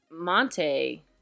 Monte